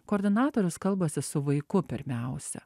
koordinatorius kalbasi su vaiku pirmiausia